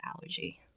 allergy